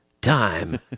Time